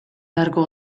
beharko